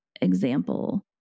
example